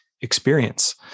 experience